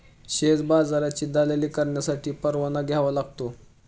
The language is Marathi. शेअर बाजाराची दलाली करण्यासाठी परवाना घ्यावा लागतो